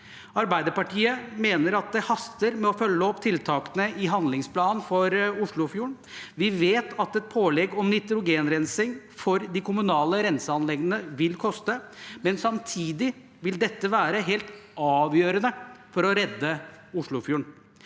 Arbeiderpartiet mener det haster med å følge opp tiltakene i handlingsplanen for Oslofjorden. Vi vet at et pålegg om nitrogenrensing for de kommunale renseanleggene vil koste, men samtidig vil dette være helt avgjørende for å redde Oslofjorden.